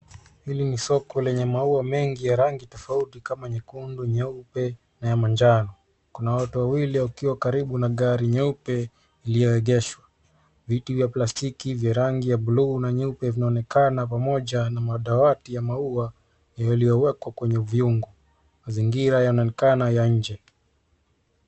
Hili ni soko lenye maua mengi ya rangi tofauti kama nyekundu, nyeupe na manjano. Kuna watu wawili wakiwa karibu na gari nyeupe iliyoegeshwa. Viti vya plastilki vya rangi ya buluu na nyeupe vinaonekana pamoja na madawati ya maua yaliyowekwa kwenye vyungu. Mazingira yanakaa ya nje.